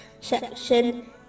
section